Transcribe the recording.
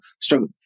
struggle